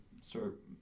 start